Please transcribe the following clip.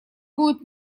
будет